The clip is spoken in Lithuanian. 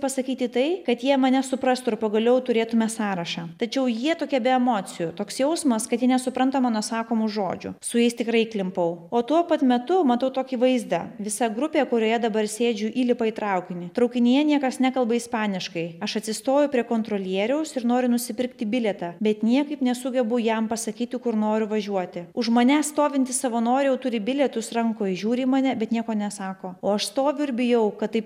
pasakyti tai kad jie mane suprastų ir pagaliau turėtume sąrašą tačiau jie tokie be emocijų toks jausmas kad jie nesupranta mano sakomų žodžių su jais tikrai įklimpau o tuo pat metu matau tokį vaizdą visa grupė kurioje dabar sėdžiu įlipa į traukinį traukinyje niekas nekalba ispaniškai aš atsistoju prie kontrolieriaus ir noriu nusipirkti bilietą bet niekaip nesugebu jam pasakyti kur noriu važiuoti už manęs stovintys savanoriai jau turi bilietus rankoj žiūri į mane bet nieko nesako o aš stoviu ir bijau kad taip